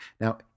Now